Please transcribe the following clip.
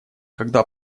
когда